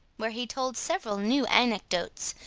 where he told several new anecdotes,